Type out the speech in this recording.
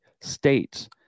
states